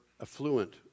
affluent